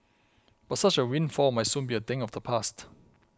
but such a windfall might soon be a thing of the past